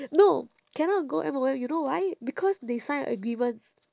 no cannot go M_O_M you know why because they signed a agreement